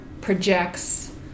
projects